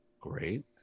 Great